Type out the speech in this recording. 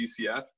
UCF